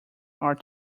are